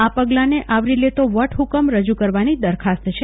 આ પેગલા ને આવરી લેતો વટફકમ રજુ કરવાની દરખાસ્ત છે